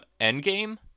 Endgame